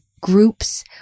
groups